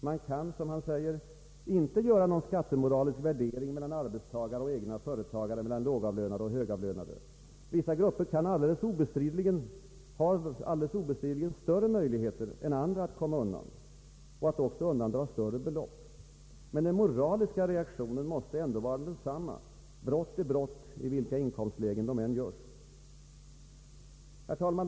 Man kan — som han säger — inte göra någon skattemoralisk värdering mellan arbetstagare och egna företagare, mellan lågavlönade och högavlönade. Vissa grupper har obestridligen större möjligheter än andra att komma undan och också att undandra större belopp. Men den moraliska reaktionen måste vara densamma. Brott är brott i vilka inkomstlägen de än begås. Herr talman!